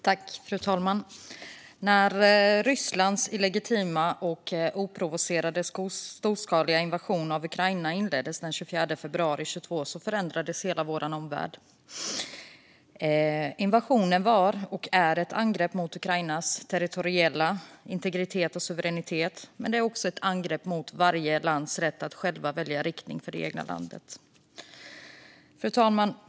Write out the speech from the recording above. Fru talman! När Rysslands illegitima och oprovocerade storskaliga invasion av Ukraina inleddes den 24 februari 2022 förändrades hela vår omvärld. Invasionen var och är ett angrepp mot Ukrainas territoriella integritet och suveränitet, men den är också ett angrepp mot varje lands rätt att självt välja riktning för det egna landet. Fru talman!